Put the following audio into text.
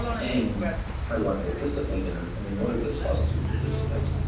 and how do i participate in this? and then what is the cost to participate?